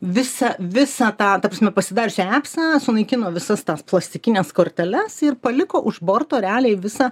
visą visą tą ta prasme pasidariusi apsą sunaikino visas tas plastikines korteles ir paliko už borto realiai visą